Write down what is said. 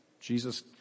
Jesus